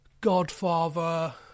godfather